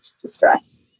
distress